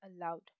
aloud